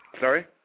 Sorry